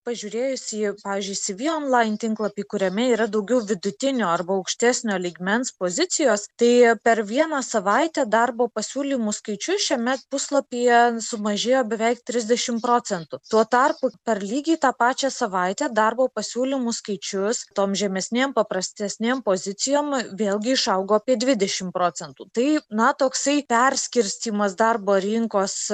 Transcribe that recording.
pažiūrėjus į pavyzdžiui cv online tinklapį kuriame yra daugiau vidutinio arba aukštesnio lygmens pozicijos tai per vieną savaitę darbo pasiūlymų skaičius šiame puslapyje sumažėjo beveik trisdešimt procentų tuo tarpu per lygiai tą pačią savaitę darbo pasiūlymų skaičius tom žemesnėm paprastesnėm pozicijom vėlgi išaugo apie dvidešimt procentų tai na toksai perskirstymas darbo rinkos